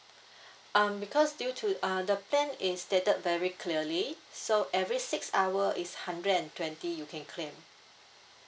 um because due to the uh the plan is stated very clearly so every six hour is hundred and twenty you can claim